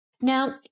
Now